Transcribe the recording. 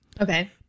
Okay